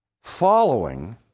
following